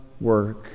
work